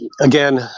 Again